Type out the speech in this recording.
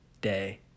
day